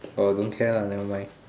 oh don't care lah nevermind